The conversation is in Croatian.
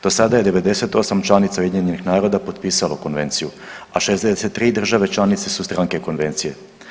Do sada je 98 članica UN-a potpisalo Konvenciju, a 63 države članice su stranke Konvencije.